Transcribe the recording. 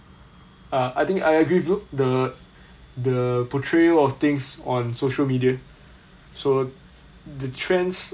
uh I think I agree the the portrayal of things on social media so the trends